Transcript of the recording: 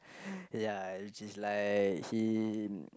ya which is like he